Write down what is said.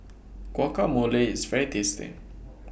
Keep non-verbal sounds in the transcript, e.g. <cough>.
<noise> Guacamole IS very tasty <noise>